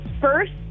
first